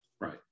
Right